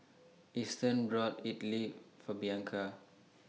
Easton bought Idili For Bianca